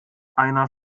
einer